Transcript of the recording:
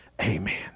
Amen